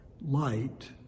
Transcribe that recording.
light